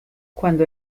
cuando